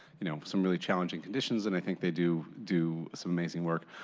you know, some really challenging conditions, and i think they do do some amazing work.